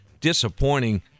disappointing